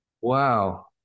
Wow